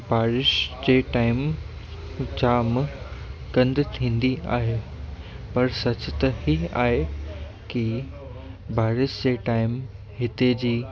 बारिश जे टाइम जाम गंद थींदी आहे पर सचु त ही आहे कि बारिश जे टाइम हिते जी